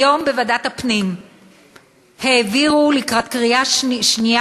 היום בוועדת הפנים העבירו לקראת קריאה שנייה